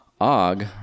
Og